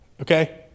okay